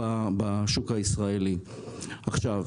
נכון להיום,